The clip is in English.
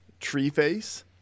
Treeface